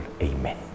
Amen